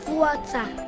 water